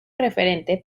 referente